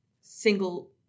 single